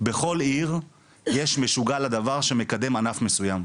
בכל עיר יש משוגע לדבר שמקדם ענף מסויים.